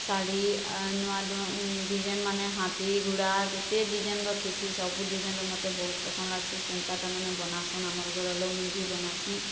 ଶାଢ଼ି ଆ ନୂଆ ନୂଆ ଡିଜାଇନ୍ ମାନେ ହାତୀ ଘୁଡ଼ା କେତେ ଡିଜାଇନ୍ର ଥିସି ସବୁ ଡିଜାଇନ୍ର ମତେ ବହୁତ ପସନ୍ଦ ଲାଗ୍ସି ସେନ୍ତାଟା ମାନେ ବନାସନ୍ ଆମର୍ ଘର୍ର ଲୋକ ମୁଇଁ ବି ବନାସି